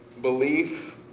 Belief